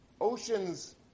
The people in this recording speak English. Oceans